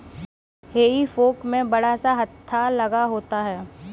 हेई फोक में बड़ा सा हत्था लगा होता है